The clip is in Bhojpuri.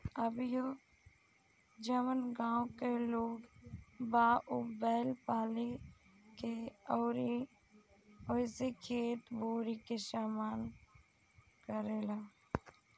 अभीओ जवन गाँव के लोग बा उ बैंल पाले ले अउरी ओइसे खेती बारी के काम करेलें